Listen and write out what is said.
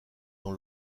dans